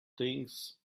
things